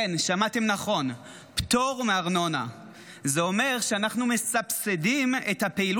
תיקון פקודת החסינויות וזכויות היתר של האומות המאוחדות (ביטול החסינויות